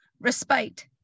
respite